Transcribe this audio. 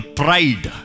pride